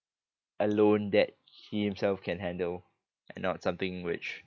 a loan that he himself can handle and not something which